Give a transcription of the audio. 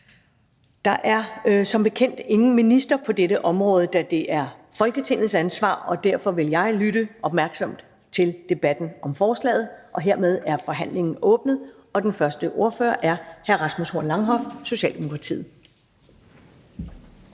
Der er som bekendt ingen minister på dette område, da det er Folketingets ansvar, og derfor vil jeg lytte opmærksomt til debatten om forslaget. Hermed er forhandlingen åbnet, og den første ordfører er hr. Rasmus Horn Langhoff, Socialdemokratiet.